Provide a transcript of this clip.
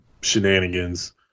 shenanigans